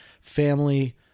family